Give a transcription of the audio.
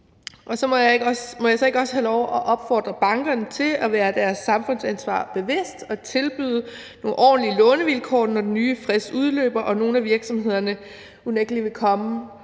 jeg så ikke også have lov til at opfordre bankerne til at være sig deres samfundsansvar bevidst og tilbyde nogle ordentlige lånevilkår, når den nye frist udløber og nogle af virksomhederne utvivlsomt vil komme